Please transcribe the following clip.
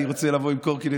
אני רוצה לבוא עם קורקינט.